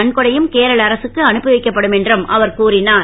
நன்கொடையும் கேரள அரசுக்கு அனுப்பி வைக்கப்படும் என்றும் அவர் தெரிவித்தார்